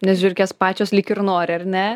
nes žiurkės pačios lyg ir nori ar ne